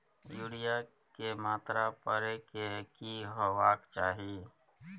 Urea के मात्रा परै के की होबाक चाही?